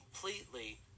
completely